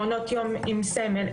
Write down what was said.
מעונות יום עם סמל,